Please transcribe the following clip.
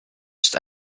ist